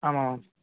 आमामां